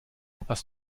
hast